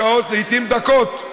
שעות ולעיתים דקות.